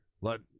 let